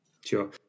Sure